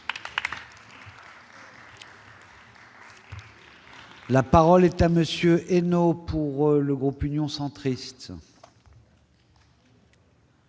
La parole est à M. Olivier Henno, pour le groupe Union Centriste.